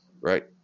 right